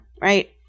right